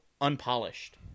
unpolished